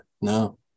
no